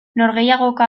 norgehiagoka